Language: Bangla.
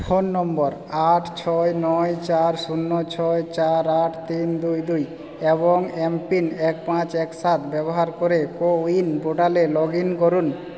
ফোন নম্বর আট ছয় নয় চার শূন্য ছয় চার আট তিন দুই দুই এবং এমপিন এক পাঁচ এক সাত ব্যবহার করে কোউইন পোর্টালে লগ ইন করুন